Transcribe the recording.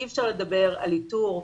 אי אפשר לדבר על איתור,